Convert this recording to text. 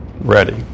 Ready